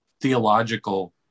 theological